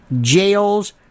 jails